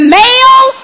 male